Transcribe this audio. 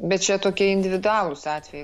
bet čia tokie individualūs atvejai